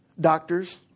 Doctors